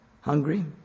hungry